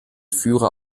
führer